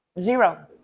Zero